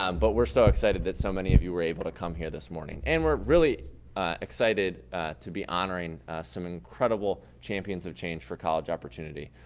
um but we're so excited that so many of you were able to come here this morning. and we're really excited to be honoring some incredible champions of change for college opportunity.